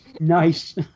Nice